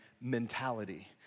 mentality